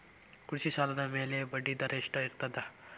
ಕೃಷಿ ಸಾಲದ ಮ್ಯಾಲೆ ಬಡ್ಡಿದರಾ ಎಷ್ಟ ಇರ್ತದ?